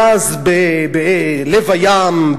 גז בלב הים,